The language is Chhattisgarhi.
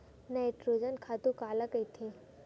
नाइट्रोजन खातु काला कहिथे?